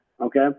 okay